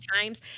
times